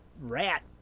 rat